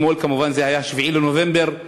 אתמול כמובן היה 7 בנובמבר,